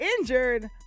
injured